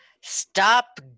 stop